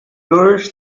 nourish